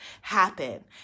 happen